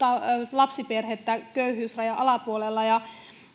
lapsiperhettä köyhyysrajan alapuolella ja